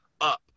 up